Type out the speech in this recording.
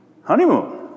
honeymoon